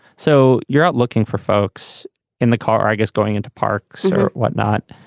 so you're out looking for folks in the car i guess going into parks or whatnot.